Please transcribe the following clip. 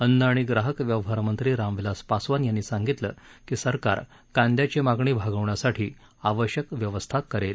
अन्न आणि ग्राहक व्यवहार मंत्री रामविलास पासवान यांनी सांगितलं की सरकार कांद्याची मागणी भागवण्यासाठी आवश्यक व्यवस्था करेल